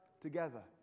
together